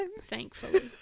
Thankfully